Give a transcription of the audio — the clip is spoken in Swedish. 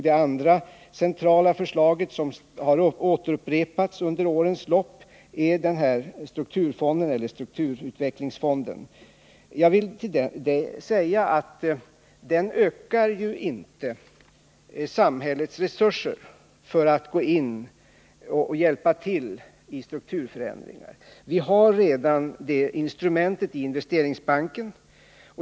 Det andra centrala förslaget, som har upprepats under årens lopp, gäller en strukturfond eller en strukturutvecklingsfond. Den ökar inte samhällets resurser för att gå in och hjälpa till med strukturförändringar. Vi har redan ett instrument för det i Investeringsbanken.